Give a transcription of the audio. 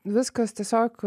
viskas tiesiog